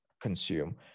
consume